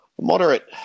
moderate